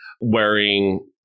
wearing